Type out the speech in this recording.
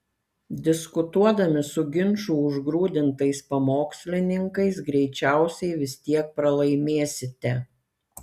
diskutuodami su ginčų užgrūdintais pamokslininkais greičiausiai vis tiek pralaimėsite